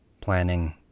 planning